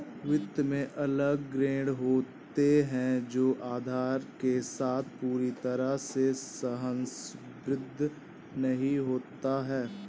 वित्त में अलग ग्रेड होता है जो आधार के साथ पूरी तरह से सहसंबद्ध नहीं होता है